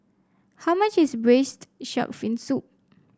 how much is Braised Shark Fin Soup